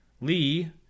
Lee